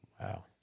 Wow